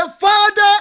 Father